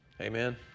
Amen